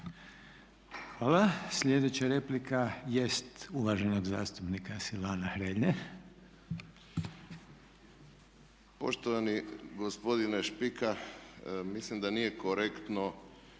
Hvala. Sljedeća replika je uvaženog zastupnika SilvAna Hrelje.